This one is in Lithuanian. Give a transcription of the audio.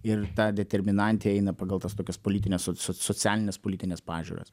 ir ta determinantė eina pagal tas tokias politines soc soc socialines politines pažiūras